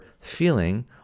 feeling